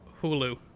Hulu